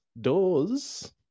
doors